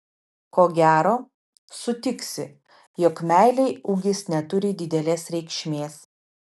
ko gero sutiksi jog meilei ūgis neturi didelės reikšmės